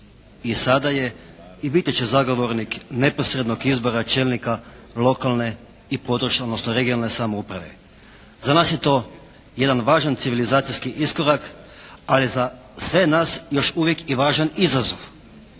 i sada je i biti će zagovornik neposrednog izbora čelnika lokalne i područne, odnosno regionalne samouprave. Za nas je to jedan važan civilizacijski iskorak, ali za sve nas još uvijek i važan izazov.